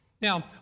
Now